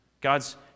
God's